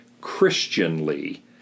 Christianly